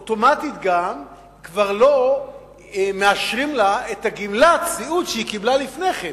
גם אוטומטית כבר לא מאשרים לה את גמלת הסיעוד שהיא קיבלה לפני כן,